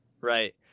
Right